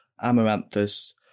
amaranthus